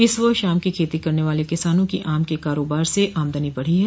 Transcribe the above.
इस वर्ष आम की खेती करने वाले किसानों की आम के कारोबार से आमदनी बढ़ी है